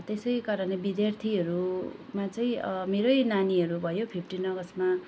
त्यसै कारणले विद्यार्थीहरूमा चाहिँ मेरै नानीहरू भयो फिफ्टिन अगस्टमा